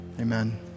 Amen